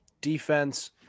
Defense